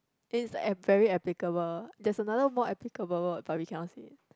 it's uh very applicable there's another more applicable word but we cannot say